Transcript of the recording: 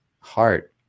heart